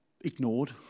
ignored